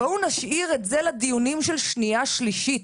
בואו נשאיר את זה לדיונים של שנייה ושלישית,